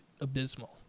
abysmal